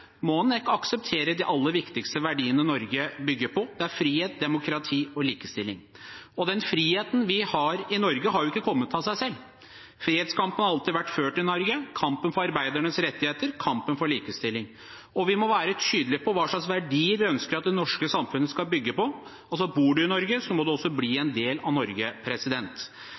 akseptere de aller viktigste verdiene Norge bygger på. Det er frihet, demokrati og likestilling. Den friheten vi har i Norge, har ikke kommet av seg selv. Frihetskampen har alltid vært ført i Norge: kampen for arbeidernes rettigheter, kampen for likestilling. Vi må være tydelige på hva slags verdier vi ønsker at det norske samfunnet skal bygge på. Bor man i Norge, må man også bli en del av Norge.